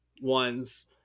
ones